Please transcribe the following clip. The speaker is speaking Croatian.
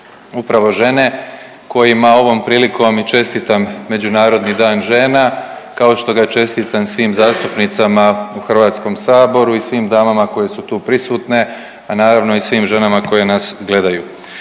upravo žene kojima ovom prilikom i čestitam Međunarodni dan žena, kao što ga čestitam svim zastupnicama u HS i svim damama koje su tu prisutne, a naravno i svim ženama koje nas gledaju.